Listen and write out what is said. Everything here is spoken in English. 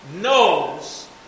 knows